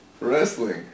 Wrestling